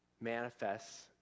manifests